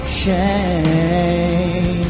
shame